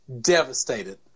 devastated